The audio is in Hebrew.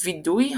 וידוי,